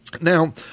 Now